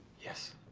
yes.